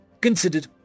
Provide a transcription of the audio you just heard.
Considered